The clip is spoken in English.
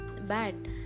bad